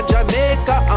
Jamaica